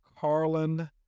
Carlin